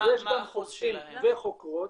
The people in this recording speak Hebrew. יש גם חוקרים וחוקרות.